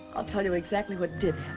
i'll tell you exactly what did